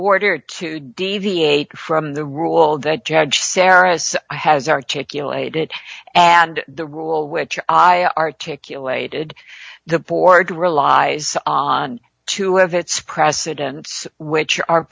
order to deviate from the rule that judge sarah's has articulated and the rule which i articulated the board relies on to have its precedents which are